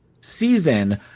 season